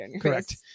Correct